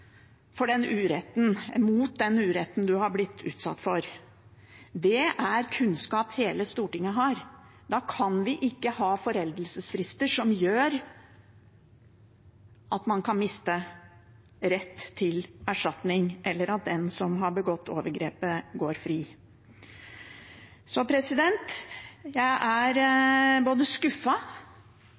uretten man har blitt utsatt for. Det er kunnskap hele Stortinget har. Da kan vi ikke ha foreldelsesfrister som gjør at man kan miste rett til erstatning, eller at den som har begått overgrepet, går fri. Jeg er både